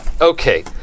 Okay